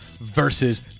versus